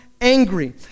angry